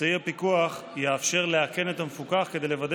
אמצעי הפיקוח יאפשר לאכן את המפוקח כדי לוודא